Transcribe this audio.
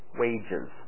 wages